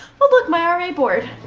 oh, look, my r a. board.